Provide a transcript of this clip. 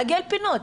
לעגל פינות.